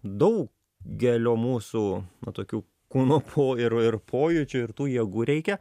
dau gelio mūsų nu tokių kūno po ir ir pojūčių ir tų jėgų reikia